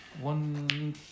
One